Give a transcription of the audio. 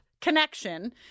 connection